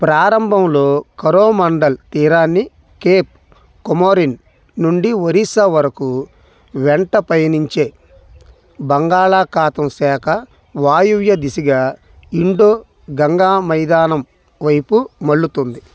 ప్రారంభంలో కోరోమండల్ తీరాన్ని కేప్ కొమొరిన్ నుండి ఒరిస్సా వరకు వెంట పయనించే బంగాళాఖాతం శాఖ వాయువ్య దిశగా ఇండో గంగా మైదానం వైపు మళ్ళుతుంది